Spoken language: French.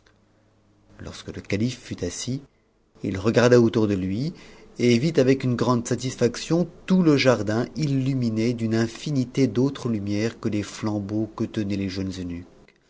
lorsque le calife fut assis il regarda autour de lui et vit avec une grande satisfaction tout le jardin illuminé d'une infinité d'autres lumières que les flambeaux que tenaient les jeunes